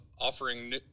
offering